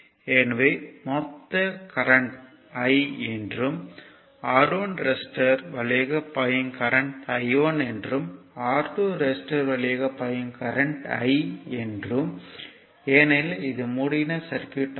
எனவே மொத்த current I என்றும் R1 ரெசிஸ்டர் வழியாக பாயும் கரண்ட் I1 என்றும் R2 ரெசிஸ்டர் வழியாக பாயும் கரண்ட் I என்றும் ஏனெனில் இது மூடின சர்க்யூட் ஆகும்